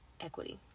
equity